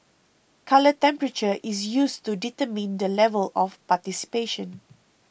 colour temperature is used to determine the level of participation